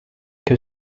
que